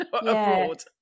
abroad